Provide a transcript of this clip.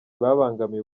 babangamiye